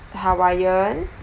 hawaiian